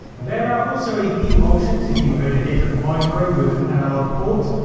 there are also a few options if you own a different micro with an analogue port.